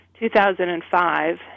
2005